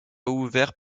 ouvert